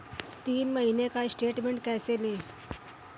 तीन महीने का स्टेटमेंट कैसे लें?